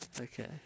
okay